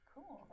Cool